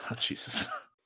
Jesus